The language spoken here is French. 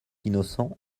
innocent